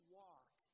walk